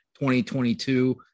2022